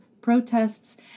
protests